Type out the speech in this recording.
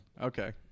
Okay